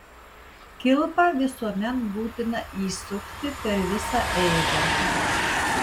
kilpą visuomet būtina įsukti per visą eigą